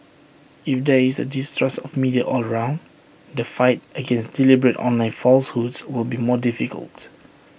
if there is A distrust of the media all around the fight against deliberate online falsehoods will be more difficult